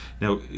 Now